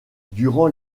durant